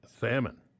Salmon